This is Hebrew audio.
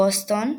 בוסטון,